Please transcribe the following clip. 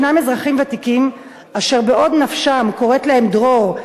שישנם אזרחים ותיקים אשר בעוד נפשם קוראת להם דרור,